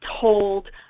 told